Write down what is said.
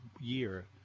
year